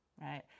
right